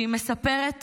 היא מספרת